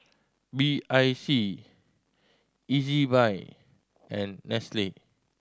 B I C Ezbuy and Nestle